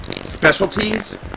specialties